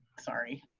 sorry,